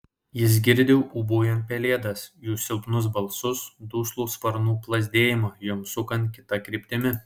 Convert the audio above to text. jis girdi ūbaujant pelėdas jų silpnus balsus duslų sparnų plazdėjimą joms sukant kita kryptimi